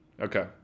Okay